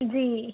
जी